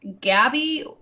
Gabby